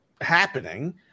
happening